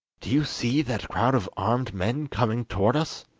do you see that crowd of armed men coming towards us?